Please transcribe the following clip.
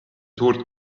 suurt